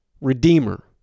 Redeemer